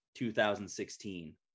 2016